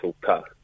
car